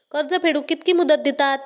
कर्ज फेडूक कित्की मुदत दितात?